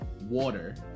water